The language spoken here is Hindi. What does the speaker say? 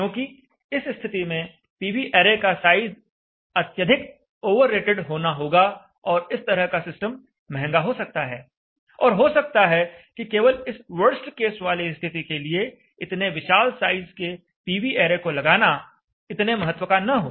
क्योंकि इस स्थिति में पीवी ऐरे का साइज अत्यधिक ओवररेटेड होना होगा और इस तरह का सिस्टम महंगा हो सकता है और हो सकता है कि केवल इस वर्स्ट केस वाली स्थिति के लिए इतने विशाल साइज के पीवी ऐरे को लगाना इतने महत्व का न हो